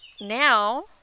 now